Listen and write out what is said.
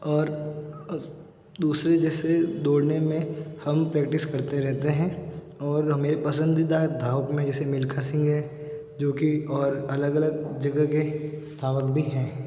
और दूसरे जैसे दौड़ने में हम प्रैक्टिस करते रहते हैं और हमें पसंदीदा धावक में जैसे मिल्खा सिंह है जो की और अलग अलग जगह के धावक भी हैं